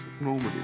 normally